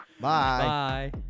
Bye